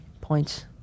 points